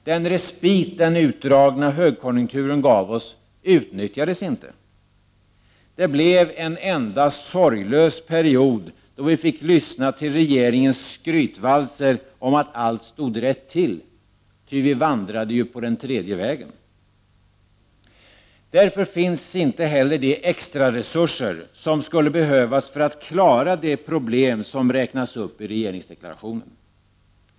Den respit som den utdragna högkonjunkturen gav oss utnyttjades inte. Det blev en enda sorglös period, då vi fick lyssna till regeringens skrytvalser om att allt stod rätt till — ty vi vandrade ju på den tredje vägen. Därför finns inte heller de extraresurser som skulle behövas för att klara de problem som räknas upp i regeringsdeklarationen.